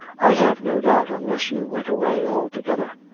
i have no doubt, unless you went away altogether.